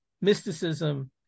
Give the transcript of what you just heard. mysticism